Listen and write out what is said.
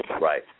Right